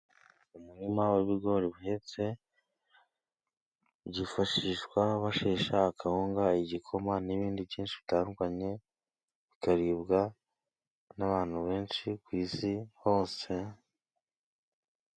Umurima w'ibigori bihetse byifashishwa bashesha kawunga, igikoma n'ibindi byinshi bitandukanye bikaribwa n'abantu benshi ku isi hose.